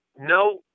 no